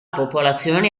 popolazioni